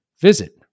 Visit